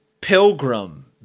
pilgrim